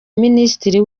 minisitiri